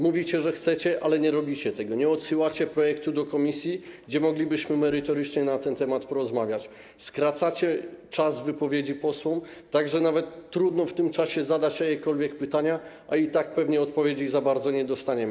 Mówicie, że chcecie, ale nie robicie tego, nie odsyłacie projektu do komisji, gdzie moglibyśmy merytorycznie na ten temat porozmawiać, skracacie czas wypowiedzi posłów, tak że nawet trudno w tym czasie zadać jakiekolwiek pytania, a i tak pewnie odpowiedzi byśmy nie dostali.